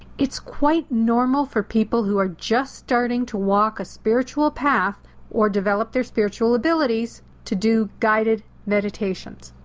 it's quite normal for people who are just starting to walk a spiritual path or develop their spiritual abilities to do guided meditations.